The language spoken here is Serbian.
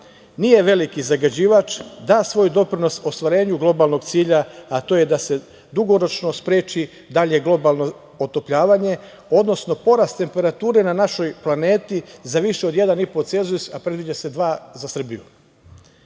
nije veliki zagađivač da svoj doprinos ostvarenju globalnog cilja, a to je da se dugoročno spreči dalje globalno otopljavanje, odnosno porast temperature na našoj planeti za više od 1,5 celzijus, a predviđa se 2 za Srbiju.